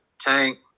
Tank